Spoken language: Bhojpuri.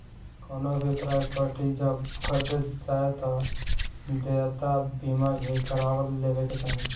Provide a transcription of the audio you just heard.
कवनो भी प्रापर्टी जब खरीदे जाए तअ देयता बीमा भी करवा लेवे के चाही